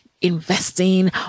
investing